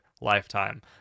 lifetime